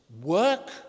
work